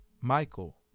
Michael